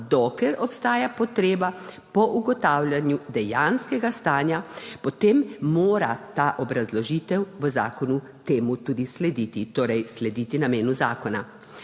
dokler obstaja potreba po ugotavljanju dejanskega stanja, potem mora ta obrazložitev v zakonu temu tudi slediti, torej slediti namenu zakona.